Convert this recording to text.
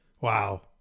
Wow